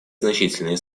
значительные